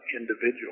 individual